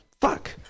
Fuck